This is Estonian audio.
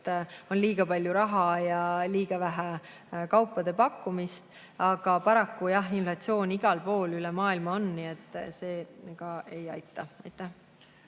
et on liiga palju raha ja liiga vähe kaupade pakkumist. Aga paraku jah, inflatsioon on igal pool üle maailma, nii et see ka ei aita. Kert